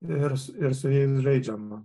ir ir su jais žaidžiama